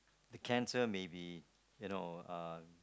the cancer may be you know uh